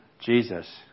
Jesus